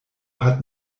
hat